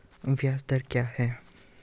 ब्याज दर क्या है?